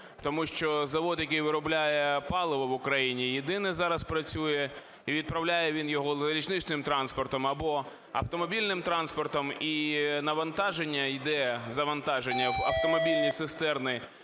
Тому що завод, який виробляє паливо в Україні, єдиний зараз працює. І відправляє він його залізничним транспортом або автомобільним транспортом. І навантаження, іде завантаження в автомобільні цистерни